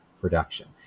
production